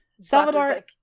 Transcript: Salvador